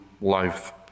life